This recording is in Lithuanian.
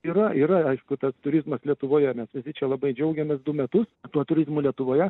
yra yra aišku ta turizmas lietuvoje mes visi čia labai džiaugėmės du metus tuo turizmu lietuvoje